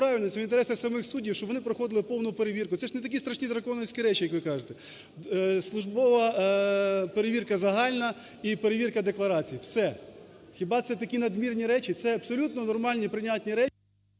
ж не такі страшні драконівські речі, як ви кажете. Службова перевірка загальна і перевірка декларації – все. Хіба це такі надмірні речі, це абсолютно нормальні й прийнятні речі…